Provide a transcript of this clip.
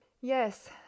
Yes